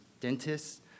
dentists